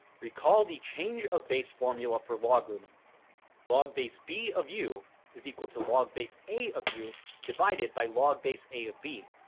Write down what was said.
recall the change of base formula for logarithms log base b of u is equal to log base a of u divided by log base a of b.